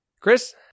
Chris